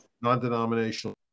non-denominational